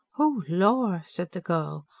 oh lor! said the girl.